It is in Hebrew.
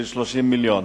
של 30 מיליון.